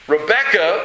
Rebecca